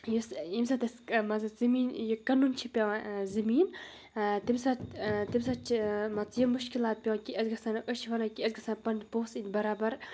یُس ییٚمہِ سۭتۍ أسۍ مان ژٕ زٔمیٖن یہِ کٕنُن چھِ پٮ۪وان زٔمیٖن تیٚمہِ ساتہٕ تمہِ ساتہٕ چھِ مان ژٕ یِم مُشکلات پٮ۪وان کہِ أسۍ گژھو نہٕ أسۍ چھِ وَنان کہِ اسہِ گژھن پَنٕنۍ پونٛسہٕ اِنۍ برابر